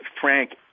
Frank